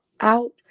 out